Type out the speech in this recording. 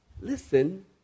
listen